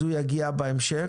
אז הוא יגיע בהמשך.